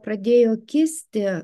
pradėjo kisti